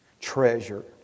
Treasure